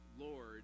Lord